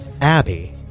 Abby